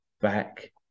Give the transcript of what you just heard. Back